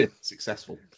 Successful